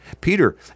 Peter